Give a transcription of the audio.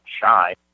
shy